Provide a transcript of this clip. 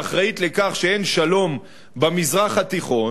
האחראית לכך שאין שלום במזרח התיכון,